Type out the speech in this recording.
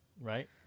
right